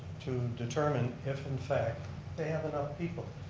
to determine if in fact the have enough people.